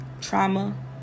trauma